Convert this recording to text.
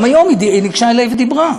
גם היום היא ניגשה אלי ודיברה.